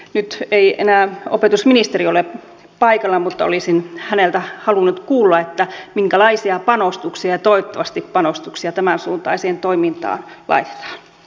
nyt ei enää opetusministeri ole paikalla mutta olisin häneltä halunnut kuulla minkälaisia panostuksia ja toivottavasti panostuksia tämänsuuntaiseen toimintaan vai